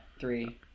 three